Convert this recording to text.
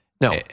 No